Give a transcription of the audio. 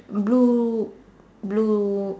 blue blue